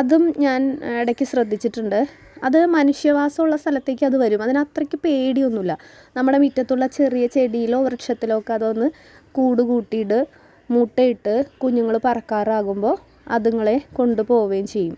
അതും ഞാൻ ഇടക്ക് ശ്രദ്ധിച്ചിട്ടുണ്ട് അത് മനുഷ്യവാസമുള്ള സ്ഥലത്തേക്കത് വരും അതിന് അത്രക്ക് പേടിയൊന്നൂല്ല നമ്മുടെ മിറ്റത്തുള്ള ചെറിയ ചെടിയിലോ വൃക്ഷത്തിലോ അതൊന്ന് കൂട് കൂട്ടീട് മുട്ടയിട്ട് കുഞ്ഞുങ്ങൾ പറക്കാറാകുമ്പോൾ അത്ങ്ങളെ കൊണ്ട് പോവേം ചെയ്യും